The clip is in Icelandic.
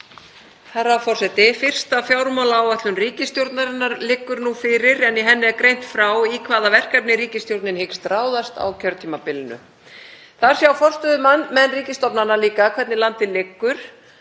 Herra forseti. Fyrsta fjármálaáætlun ríkisstjórnarinnar liggur nú fyrir en í henni er greint frá í hvaða verkefni ríkisstjórnin hyggst ráðast á kjörtímabilinu. Þar sjá forstöðumenn ríkisstofnana líka hvernig landið liggur,